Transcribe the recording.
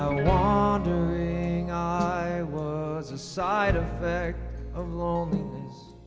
wandering eye was a side of of loneliness